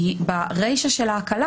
בריישא של ההקלה,